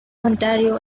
ontario